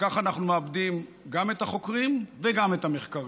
וכך אנחנו מאבדים גם את החוקרים וגם את הנחקרים.